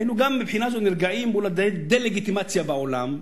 היינו גם מבחינה זו נרגעים מול הדה-לגיטימציה בעולם,